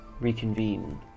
reconvene